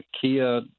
Kia